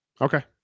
Okay